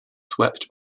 swept